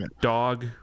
dog